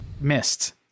missed